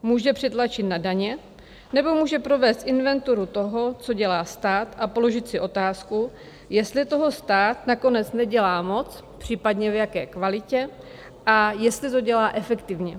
Může přitlačit na daně, nebo může provést inventuru toho, co dělá stát, a položit si otázku, jestli toho stát nakonec nedělá moc, případně v jaké kvalitě a jestli to dělá efektivně.